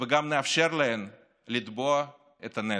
וגם נאפשר להן לתבוע את הנזק.